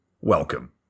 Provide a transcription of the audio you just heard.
welcome